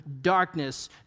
darkness